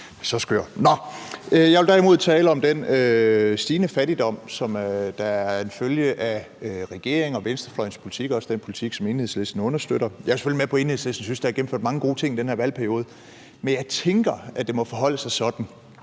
så skør. Nå, jeg vil derimod tale om den stigende fattigdom, som er en følge af regeringens og venstrefløjens politik, også den politik, som Enhedslisten understøtter. Jeg er selvfølgelig med på, at Enhedslisten synes, der er gennemført mange gode ting i den her valgperiode, men jeg tænker, at det må forholde sig sådan,